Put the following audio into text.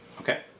Okay